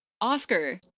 Oscar